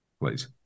please